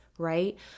Right